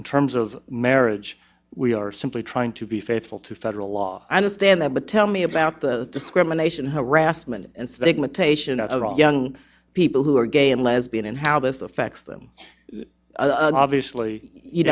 in terms of marriage we are simply trying to be faithful to federal law i understand that but tell me about the discrimination harassment and segmentation i wrong young people who are gay and lesbian and how this affects them obviously you